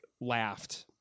laughed